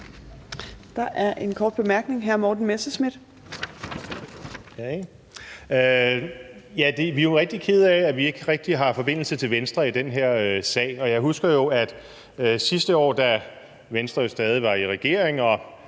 Morten Messerschmidt. Kl. 14:35 Morten Messerschmidt (DF): Ja, vi er jo rigtig kede af, at vi ikke rigtig har forbindelse til Venstre i den her sag. Og jeg husker jo, at der sidste år, da Venstre stadig var i regering,